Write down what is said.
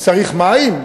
צריך מים?